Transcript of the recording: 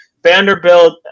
Vanderbilt